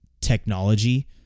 technology